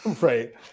Right